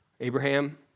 Abraham